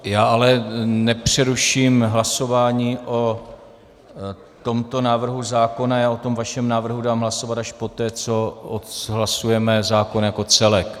Já ale nepřeruším hlasování o tomto návrhu zákona, já o tom vašem návrhu dám hlasovat až poté, co odhlasujeme zákon jako celek.